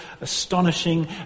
astonishing